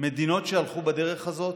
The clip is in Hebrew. מדינות שהלכו בדרך הזאת,